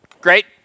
great